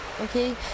okay